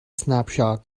snapshot